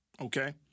okay